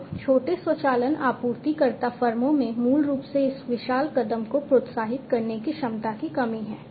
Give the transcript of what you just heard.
तो छोटे स्वचालन आपूर्तिकर्ता फर्मों में मूल रूप से इस विशाल कदम को प्रोत्साहित करने की क्षमता की कमी है